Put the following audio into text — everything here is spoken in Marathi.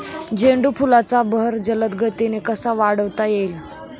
झेंडू फुलांचा बहर जलद गतीने कसा वाढवता येईल?